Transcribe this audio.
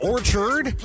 Orchard